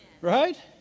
Right